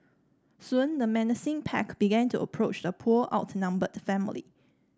soon the menacing pack began to approach the poor outnumbered family